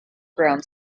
ground